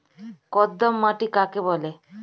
কর্দম মাটি কাকে বলে?